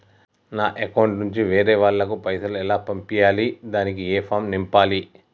నా అకౌంట్ నుంచి వేరే వాళ్ళకు పైసలు ఎలా పంపియ్యాలి దానికి ఏ ఫామ్ నింపాలి?